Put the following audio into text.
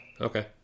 okay